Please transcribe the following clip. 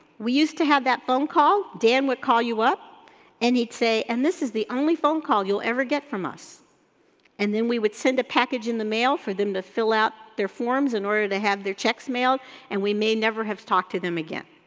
we used to have that phone call, dan would call you up and he'd say, and this is the only phone call you'll ever get from us and then we would send a package in the mail for them to fill out their forms in order to have their checks mailed and we may never have to talk to them again.